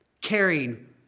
caring